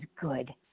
good